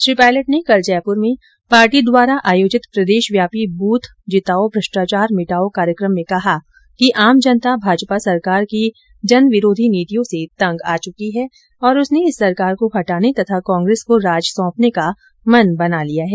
श्री पायलट ने कल जयपूर में पार्टी द्वारा आयोजित प्रदेशव्यापी ब्थ जिताओ म्रष्टाचार मिटाओ कार्यक्रम में कहा कि आम जनता भाजपा सरकार की जनविरोधी नीतियों से तंग आ चुकी है और उसने इस सरकार को हटाने तथा कांग्रेस को राज सौपने का मन बना लिया है